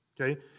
Okay